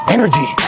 Energy